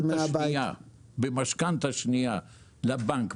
במשכנתא שנייה לבנק.